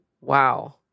Wow